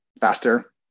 faster